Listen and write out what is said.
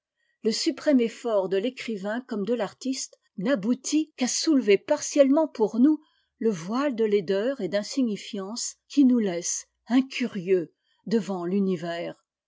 le suprême effort de l'écrivain comme de l'artiste n'aboutit qu'à soulever partiellement pour nous le voile de laideur et d'insignifiance qui nous laisse incurieux devant l'univers